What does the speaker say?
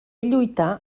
lluità